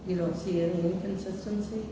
you don't see any consisten